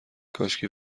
کاشکی